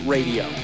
Radio